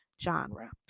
genre